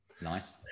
Nice